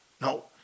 No